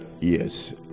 yes